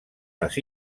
les